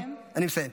אני מסיים,